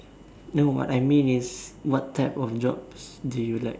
no what I mean is what type of jobs do you like